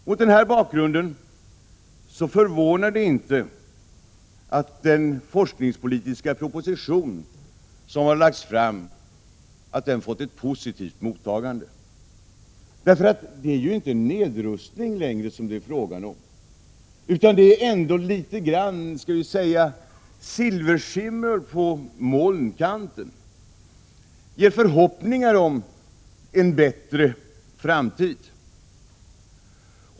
Mot den här bakgrunden förvånar det inte, att den forskningspolitiska proposition som har lagts fram har fått ett positivt mottagande. För det är inte längre fråga om nedrustning, utan vi kan säga att det är litet silverskimmer på molnkanten. Det ger förhoppningar om en bättre framtid.